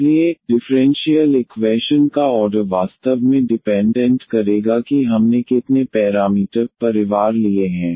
इसलिए differential equation का order वास्तव में डिपेंडेंट करेगा कि हमने कितने पैरामीटर परिवार लिए हैं